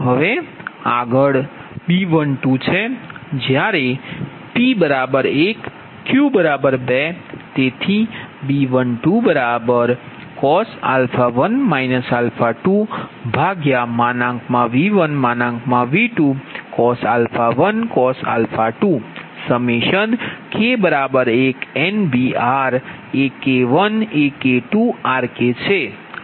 હવે આગળ B12 છે જ્યારે p1q2 તેથી B12 cos 1 2 V1V2cos 1cos 2 K1NBRAK1AK2RK છે